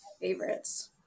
favorites